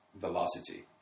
velocity